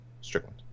Strickland